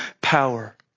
power